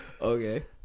Okay